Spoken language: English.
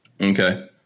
okay